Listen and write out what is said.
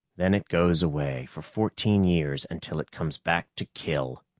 then it goes away for fourteen years, until it comes back to kill!